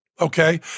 okay